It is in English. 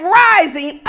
rising